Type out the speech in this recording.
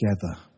together